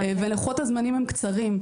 ולוחות הזמנים הם קצרים.